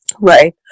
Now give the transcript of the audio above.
right